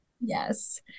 Yes